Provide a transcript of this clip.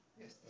Yes